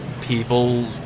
people